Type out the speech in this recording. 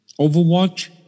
Overwatch